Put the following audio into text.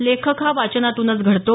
लेखक हा वाचनातूनच घडतो